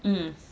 mm